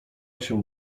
się